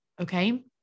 Okay